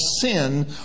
sin